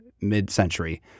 mid-century